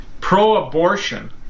pro-abortion